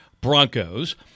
Broncos